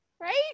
right